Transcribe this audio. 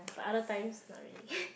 but other times not really